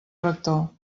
rector